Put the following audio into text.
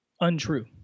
untrue